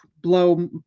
blow